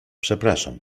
przepraszam